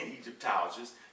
Egyptologists